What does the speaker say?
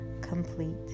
complete